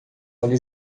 olha